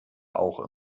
auch